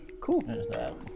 Cool